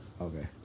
Okay